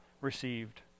received